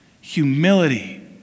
humility